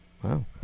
Wow